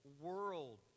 world